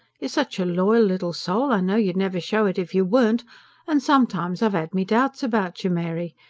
you're such a loyal little soul, i know you'd never show it if you weren't and sometimes i've ad my doubts about you, mary.